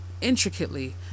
intricately